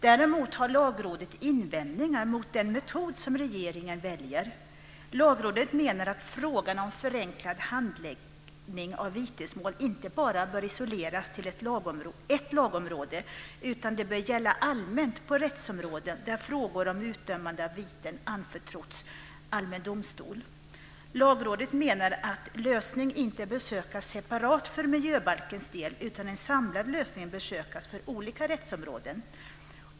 Däremot har Lagrådet invändningar mot den metod som regeringen väljer. Lagrådet menar att frågan om förenklad handläggning av vitesmål inte bara bör isoleras till ett lagområde utan bör gälla allmänt på rättsområden där frågor om utdömande av viten anförtrotts allmän domstol. Lagrådet menar att lösning inte bör sökas separat för Miljöbalkens del utan att en samlad lösning bör sökas för olika rättsområden.